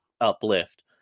uplift